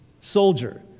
soldier